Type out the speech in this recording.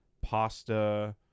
pasta